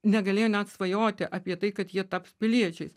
negalėjo net svajoti apie tai kad jie taps piliečiais